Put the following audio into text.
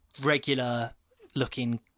regular-looking